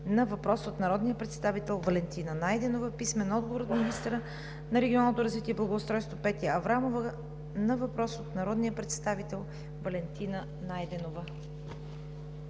на въпрос от народния представител Валентина Найденова; - министъра на регионалното развитие и благоустройството Петя Аврамова на въпрос от народния представител Валентина Найденова.